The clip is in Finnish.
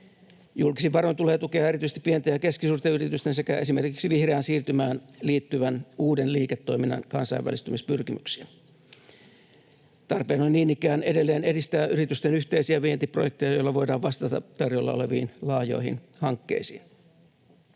Julkisin varoin tulee tukea erityisesti pienten ja keskisuurten yritysten sekä esimerkiksi vihreään siirtymään liittyvän uuden liiketoiminnan kansainvälistymispyrkimyksiä. Tarpeen on niin ikään edelleen edistää yritysten yhteisiä vientiprojekteja, joilla voidaan vastata tarjolla oleviin laajoihin hankkeisiin.